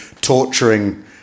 torturing